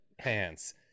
pants